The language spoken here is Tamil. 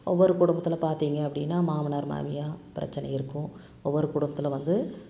ஒவ்வொரு குடும்பத்தில் பார்த்தீங்க அப்படின்னா மாமனார் மாமியார் பிரச்சனை இருக்கும் ஒவ்வொரு குடும்பத்தில் வந்து